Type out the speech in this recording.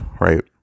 right